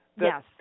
Yes